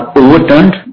overturned